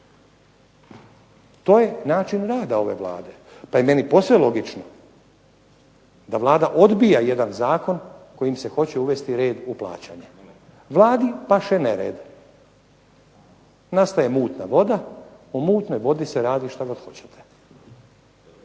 To je način rada ove Vlade pa je meni posve logično da Vlada odbija jedan zakon kojim se hoće uvesti red u plaćanje. Vladi paše nered. Nastaje mutna voda, u mutnoj vodi se radi što god hoćete.